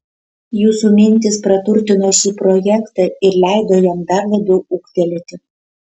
jūsų mintys praturtino šį projektą ir leido jam dar labiau ūgtelėti